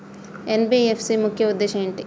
NBFC ముఖ్య ఉద్దేశం ఏంటి?